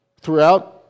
throughout